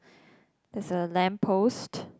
there's a lamp post